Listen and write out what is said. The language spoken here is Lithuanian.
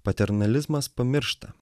paternalizmas pamiršta